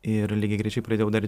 ir lygiagrečiai pradėjau dar